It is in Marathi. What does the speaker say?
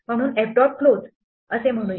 म्हणून आपण f dot close असे म्हणूया